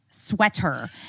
Sweater